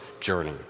journey